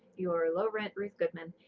your low-rent ruth goodman,